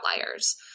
outliers